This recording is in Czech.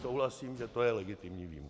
Souhlasím, že to je legitimní výjimka.